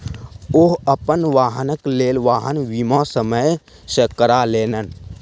ओ अपन वाहनक लेल वाहन बीमा समय सॅ करा लेलैन